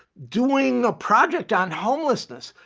doing a project on homelessness.